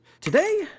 Today